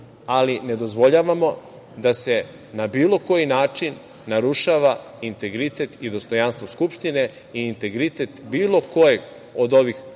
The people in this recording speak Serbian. ali nedozvoljavamo da se na bilo koji način narušava integritet i dostojanstvo Skupštine i integritet bilo kojeg od ovih